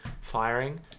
firing